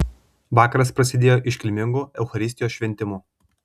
vakaras prasidėjo iškilmingu eucharistijos šventimu